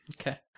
Okay